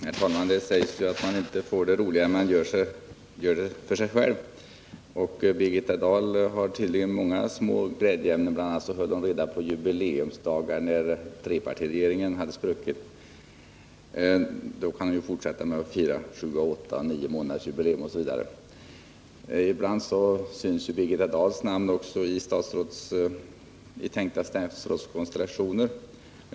Herr talman! Det sägs ju att man inte har roligare än man gör sig. Birgitta Dahl har tydligen många små glädjeämnen. Bl.a. håller hon reda på jubileumsdagar, t.ex. när trepartiregeringen sprack. Sedan går det ju att fortsätta att fira sju-, åttaoch niomånadersjubileum. Ibland syns också Birgitta Dahls namn i tänkta statsrådskonstellationer.